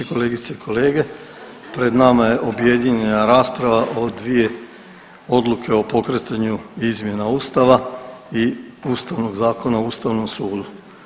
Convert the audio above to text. Kolegice i kolege, pred nama je objedinjena rasprava o dvije odluke o pokretanju izmjena Ustava i Ustavnog zakona o Ustavnom sudu.